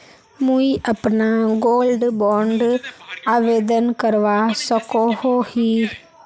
मुई अपना gold bond आवेदन करवा सकोहो ही?